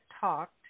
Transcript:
talked